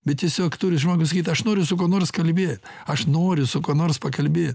bet tiesiog turi žmogus sakyt aš noriu su kuo nors kalbė aš noriu su kuo nors pakalbė